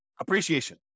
appreciation